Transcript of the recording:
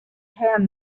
can